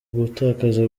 gutakaza